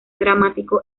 dramático